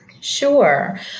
Sure